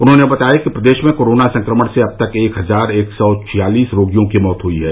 उन्होंने बताया कि प्रदेश में कोरोना संक्रमण से अब तक एक हजार एक सौ छियालीस रोगियों की मौत हुई है